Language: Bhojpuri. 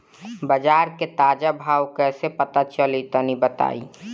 बाजार के ताजा भाव कैसे पता चली तनी बताई?